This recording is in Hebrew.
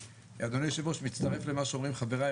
אדוני היו"ר אני מצטרף למה ש אומרים חבריי,